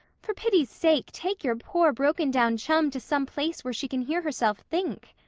for pity's sake take your poor, broken-down chum to some place where she can hear herself think.